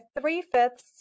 three-fifths